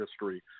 history